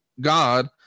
God